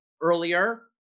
earlier